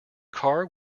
car